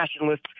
nationalists